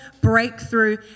breakthrough